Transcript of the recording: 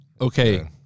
Okay